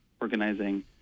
organizing